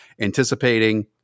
anticipating –